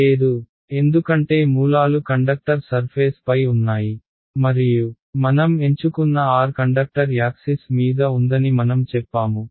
లేదు ఎందుకంటే మూలాలు కండక్టర్ సర్ఫేస్ పై ఉన్నాయి మరియు మనం ఎంచుకున్న r కండక్టర్ యాక్సిస్ మీద ఉందని మనం చెప్పాము